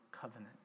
covenant